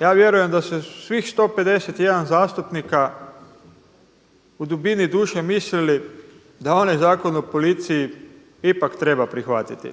Ja vjerujem da se svih 151 zastupnika u dubini duše mislili da onaj Zakon o policiji ipak treba prihvatiti,